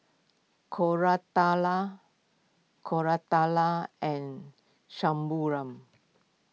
Koratala Koratala and